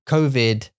Covid